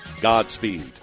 Godspeed